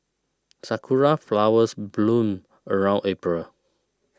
sakura flowers bloom around April